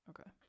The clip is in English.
Okay